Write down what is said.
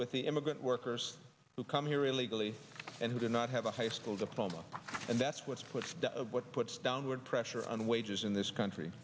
with the immigrant workers who come here illegally and who do not have a high school diploma and that's what's put the of what puts downward pressure on wages in this country